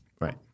Right